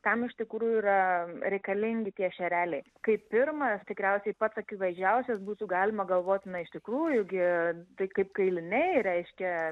kam iš tikrųjų yra reikalingi tie šereliai kai pirmas tikriausiai pats akivaizdžiausias būtų galima galvot na iš tikrųjų gi tai kaip kailiniai reiškia